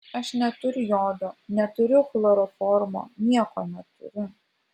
aš neturiu jodo neturiu chloroformo nieko neturiu